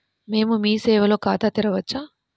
మేము మీ సేవలో ఖాతా తెరవవచ్చా?